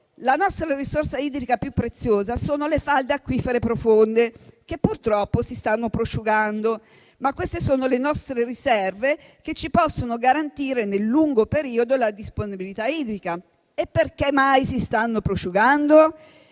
La nostra risorsa idrica più preziosa è rappresentata dalle falde acquifere profonde, che purtroppo si stanno prosciugando. Queste sono le nostre riserve che ci possono garantire nel lungo periodo la disponibilità idrica. E perché mai si stanno prosciugando?